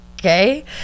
okay